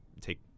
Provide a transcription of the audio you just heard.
take